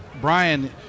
Brian